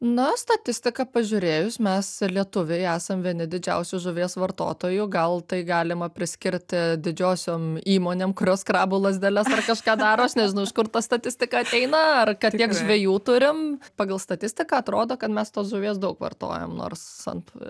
na statistiką pažiūrėjus mes lietuviai esam vieni didžiausių žuvies vartotojų gal tai galima priskirti didžiosiom įmonėm kurios krabų lazdeles ar kažką daro nežinau iš kur ta statistika ateina ar kad tiek žvejų turim pagal statistiką atrodo kad mes tos žuvies daug vartojam nors ant